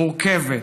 מורכבת,